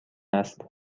است